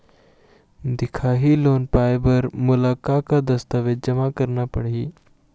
दिखाही लोन पाए बर मोला का का दस्तावेज जमा करना पड़ही?